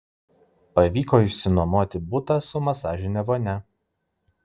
pavyko išsinuomoti butą su masažine vonia